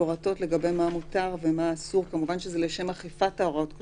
לשם אכיפת הוראות תקנה 3,